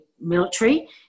military